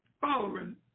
following